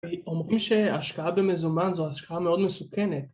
אומרים שהשקעה במזומן זו השקעה מאוד מסוכנת